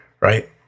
right